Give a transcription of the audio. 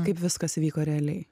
kaip viskas įvyko realiai